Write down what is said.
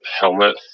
helmet